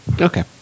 Okay